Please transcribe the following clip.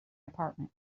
apartment